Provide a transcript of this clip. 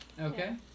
Okay